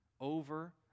Over